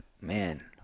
Man